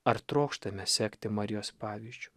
ar trokštame sekti marijos pavyzdžiu